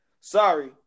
Sorry